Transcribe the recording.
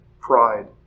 pride